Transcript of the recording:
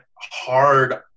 hard